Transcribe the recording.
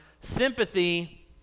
sympathy